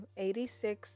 86